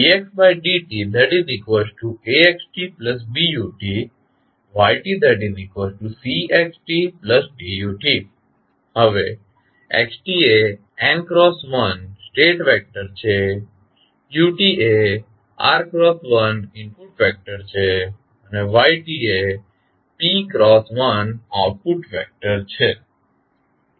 dxdtAxtBut ytCxtDut હવે x એ n×1 state vector છે uએ r×1ઇનપુટ વેક્ટર છે અને y એ p×1આઉટપુટ વેક્ટર છે